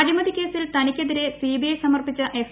അഴിമതിക്കേസിൽ തനിക്കെതിരെ സിബിഐ സമർപ്പിച്ച എഫ്